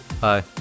Hi